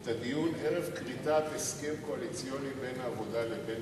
את הדיון ערב כריתת הסכם קואליציוני בין העבודה לבין